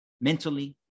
mentally